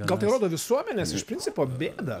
gal tai rodo visuomenės iš principo bėdą